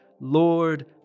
Lord